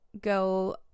go